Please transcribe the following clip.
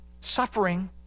suffering